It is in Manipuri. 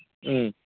ꯎꯝ